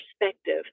perspective